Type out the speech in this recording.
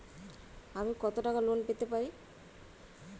আমি কত টাকা লোন পেতে পারি?